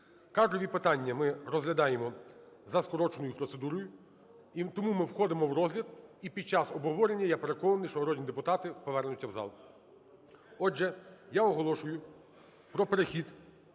Кадрові питання ми розглядаємо за скороченою процедурою. І тому ми входимо в розгляд, і під час обговорення, я переконаний, що народний депутати повернуться в зал. Отже, я оголошую про перехід